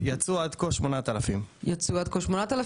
יצאו עד כה 8,000. מתוכם?